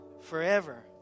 forever